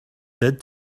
did